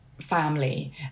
family